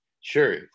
Sure